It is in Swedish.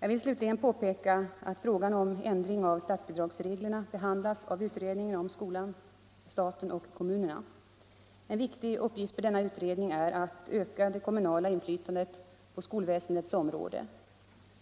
Jag vill slutligen påpeka att frågan om ändring av statsbidragsreglerna behandlas av utredningen om skolan, staten och kommunerna. En viktig uppgift för denna utredning är att öka det kommunala inflytandet på skolväsendets område.